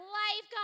life